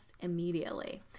immediately